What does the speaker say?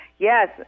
Yes